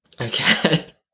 Okay